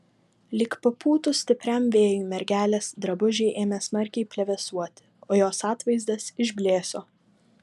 lyg papūtus stipriam vėjui mergelės drabužiai ėmė smarkiai plevėsuoti o jos atvaizdas išblėso